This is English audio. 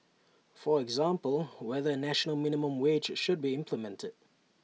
for example whether A national minimum wage should be implemented